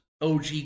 OG